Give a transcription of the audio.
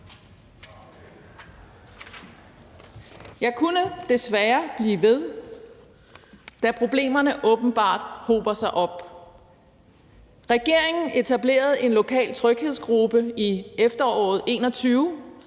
Jeg kunne desværre blive ved, da problemerne åbenbart hober sig op. Regeringen etablerede en lokal tryghedsgruppe i efteråret 2021,